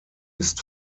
ist